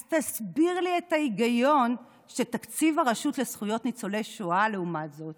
אז תסביר לי את ההיגיון שתקציב הרשות לזכויות ניצולי שואה לעומת זאת